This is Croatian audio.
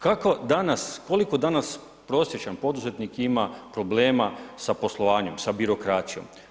Kako danas, koliko danas prosječan poduzetnik ima problema sa poslovanjem, sa birokracijom.